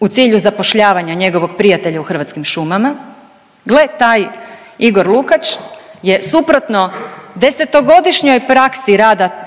u cilju zapošljavanja njegovog prijatelja u Hrvatskim šumama, gle taj Igor Lukač je suprotno 10-godišnjoj praksi rada